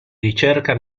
ricerca